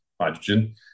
hydrogen